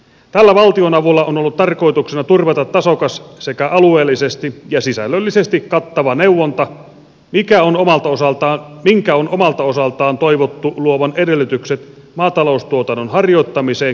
tällä valtionavulla on ollut tarkoituksena turvata tasokas sekä alueellisesti ja sisällöllisesti kattava neuvonta minkä on omalta osaltaan toivottu luovan edellytykset maataloustuotannon harjoittamiseen koko maassa